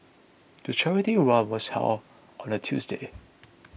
the charity run was held on a Tuesday